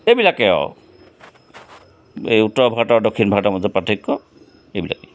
এইবিলাকে আৰু এই উত্তৰ ভাৰত আৰু দক্ষিণ ভাৰতৰ মাজত পাৰ্থক্য এইবিলাকেই